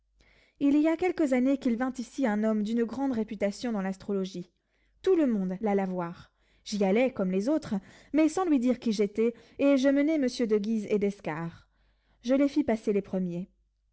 il y a quelques années qu'il vint ici un homme d'une grande réputation dans l'astrologie tout le monde l'alla voir j'y allai comme les autres mais sans lui dire qui j'étais et je menai monsieur de guise et d'escars je les fis passer les premiers